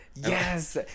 yes